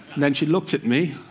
then she looked at me.